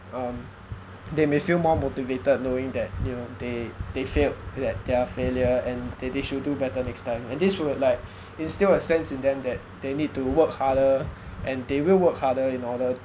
um they may feel more motivated knowing that you know they they failed that they're a failure and they they should do better next time and this would like instill a sense in them that they need to work harder and they will work harder in order